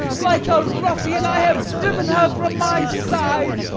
like a ruffian, i have driven her from my side